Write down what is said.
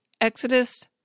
Exodus